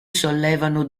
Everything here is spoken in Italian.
sollevano